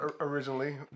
Originally